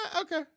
okay